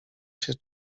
się